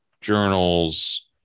journals